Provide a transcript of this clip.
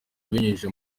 abinyujije